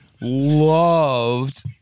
loved